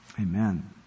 Amen